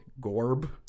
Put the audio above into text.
Gorb